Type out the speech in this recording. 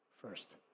First